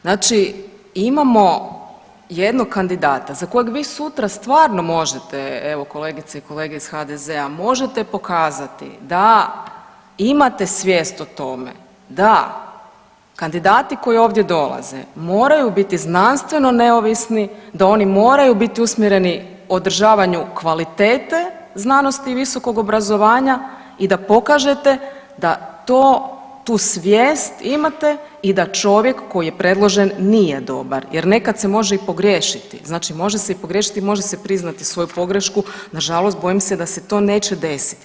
Znači imamo jednog kandidata za kojeg vi sutra stvarno možete evo kolegice i kolege iz HDZ-a možete pokazati da imate svijest o tome da kandidati koji ovdje dolaze moraju biti znanstveno neovisni, da oni moraju biti usmjereni održavanju kvalitete znanosti i visokog obrazovanja i da pokažete da to, tu svijest imate i da čovjek koji je predložen nije dobar jer nekad se može i pogriješiti, znači može se i pogriješiti, može se i priznati svoju pogrešku, nažalost bojim se da se to neće desiti.